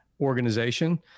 organization